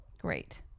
Great